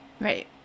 Right